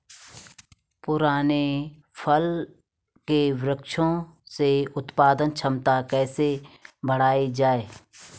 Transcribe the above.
पुराने फल के वृक्षों से उत्पादन क्षमता कैसे बढ़ायी जाए?